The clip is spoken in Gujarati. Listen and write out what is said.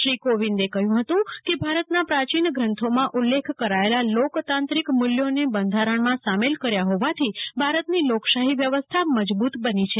શ્રી કોવિંદે કહ્યું હતું કે ભારતના પ્રાચીન ગ્રંથોમાં ઉલ્લેખ કરાચેલા લોકતાંત્રિક મૂલ્યોને બંધારણમાં સામેલ કર્યા હોવાથી ભારતની લોકશાહી વ્યવસ્થા મજબૂત બની છે